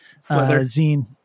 zine